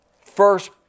first